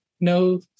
No